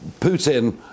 Putin